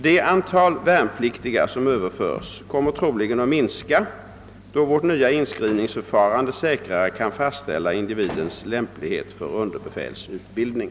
Det antal värnpliktiga som överförs kommer troligen att minska då vårt nya inskrivningsförfarande säkrare kan fastställa individens lämplighet för underbefälsutbildning.